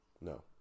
No